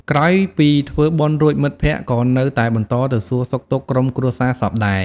ក្រោយពីធ្វើបុណ្យរួច មិត្តភក្តិក៏នៅតែបន្តទៅសួរសុខទុក្ខក្រុមគ្រួសារសពដែរ។